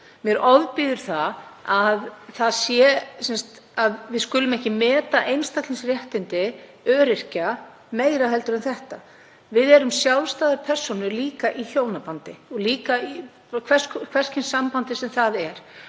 Mér ofbýður að við skulum ekki meta einstaklingsréttindi öryrkja meira heldur en þetta. Við erum sjálfstæðar persónur líka í hjónabandi og í hvers kyns sambandi sem það er.